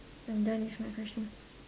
I'm done with my questions